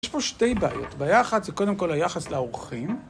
יש פה שתי בעיות. בעיה אחת זה קודם כל היחס לאורחים.